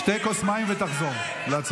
שתה כוס מים ותחזור להצבעה.